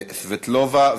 סבטלובה.